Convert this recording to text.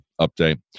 update